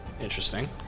Interesting